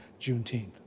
Juneteenth